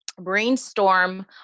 brainstorm